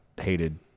hated